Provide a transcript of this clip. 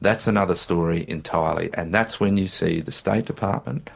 that's another story entirely, and that's when you see the state department